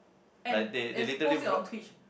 and and post it on twitch